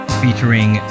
featuring